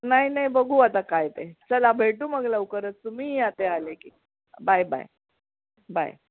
नाही नाही बघू आता काय ते चला भेटू मग लवकरच तुम्हीही या ते आले की बाय बाय बाय